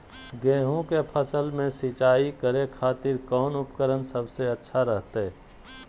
गेहूं के फसल में सिंचाई करे खातिर कौन उपकरण सबसे अच्छा रहतय?